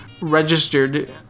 registered